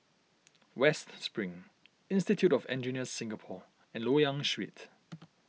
West Spring Institute of Engineers Singapore and Loyang Street